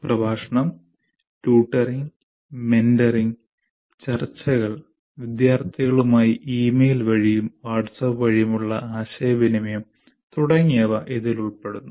പ്രഭാഷണം tutoring mentoring ചർച്ചകൾ വിദ്യാർത്ഥികളുമായി ഇമെയിൽ വഴിയും വാട്ട്സ്ആപ്പ് വഴിയുമുള്ള ആശയവിനിമയം തുടങ്ങിയവ ഇതിൽ ഉൾപ്പെടുന്നു